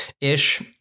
ish